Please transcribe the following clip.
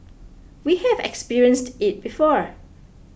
we have experienced it before